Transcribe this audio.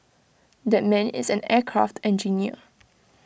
that man is an aircraft engineer